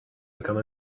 become